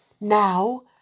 now